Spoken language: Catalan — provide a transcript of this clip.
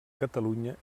catalunya